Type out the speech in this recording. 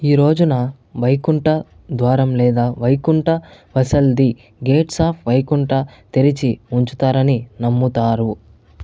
ఈ రోజున వైకుంఠ ద్వారం లేదా వైకుంఠ వసల్ది గేట్స్ ఆఫ్ వైకుంఠ తెరిచి ఉంచుతారని నమ్ముతారు